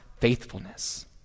faithfulness